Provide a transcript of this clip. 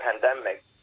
pandemic